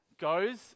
goes